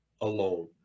alone